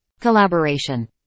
Collaboration